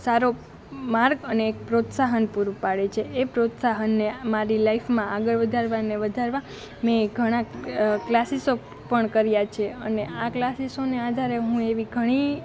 સારો માર્ગ અને એક પ્રોત્સાહન પૂરું પાડે છે એ પ્રોત્સાહનને મારી લાઈફમાં આગળ વધારવાને વધારવા મેં ઘણા ક્લાસીસો પણ કર્યાં છે અને આ ક્લાસીસોને આધારે હું એવી ઘણી